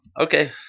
okay